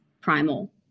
primal